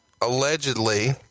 allegedly